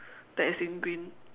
that is in green